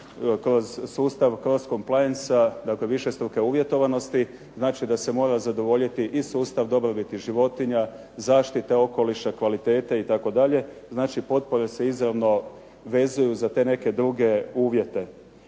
kroz sustav cross complainsa, dakle višestruke uvjetovanosti, znači da se mora zadovoljiti i sustav dobrobiti životinja, zaštite okoliša, kvalitete itd. Znači, potpore se izravno vezuju za te neke druge uvjete.